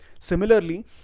Similarly